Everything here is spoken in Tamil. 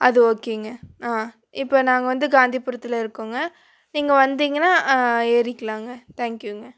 அது ஓகேங்க ஆ இப்போ நாங்கள் வந்து காந்திபுரத்தில் இருக்கோங்க நீங்கள் வந்தீங்கன்னா ஆ ஏறிக்கலாங்க தேங்க்யூங்க